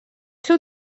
ser